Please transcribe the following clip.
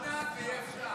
עוד מעט זה יהיה אפשר.